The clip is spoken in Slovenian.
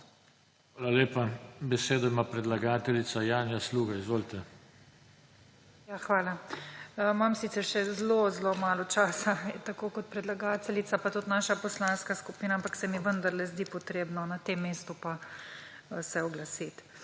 Hvala lepa. Besedo ima predlagateljica Janja Sluga. Izvolite. **JANJA SLUGA (PS NP):** Hvala. Imam sicer še zelo malo časa tako kot predlagateljica pa tudi naša poslanska skupina, ampak se mi vendarle zdi potrebno na tem mestu oglasiti.